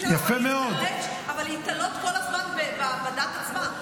--- אבל להיתלות כל הזמן בדת עצמה.